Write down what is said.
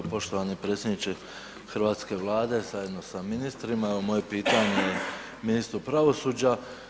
Poštovani predsjedniče hrvatske Vlade za jedno sa ministrima, evo moje pitanje je ministru pravosuđa.